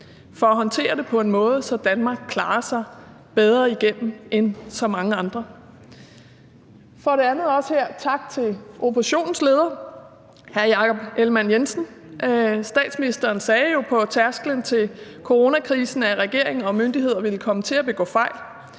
for at håndtere det på en måde, så Danmark klarer sig bedre igennem end så mange andre. For det andet her også tak til oppositionslederen, hr. Jakob Ellemann-Jensen. Statsministeren sagde jo på tærsklen til coronakrisen, at regering og myndigheder ville komme til at begå fejl,